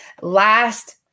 Last